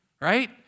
right